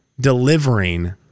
delivering